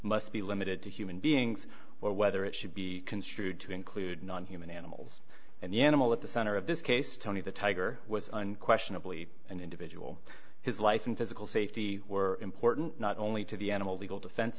must be limited to human beings or whether it should be construed to include nonhuman animals and the animal at the center of this case tony the tiger was unquestionably an individual his life and physical safety were important not only to the animal legal defense